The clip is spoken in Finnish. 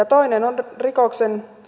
toinen on rikoksen